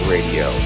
Radio